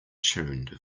tuned